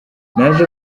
naje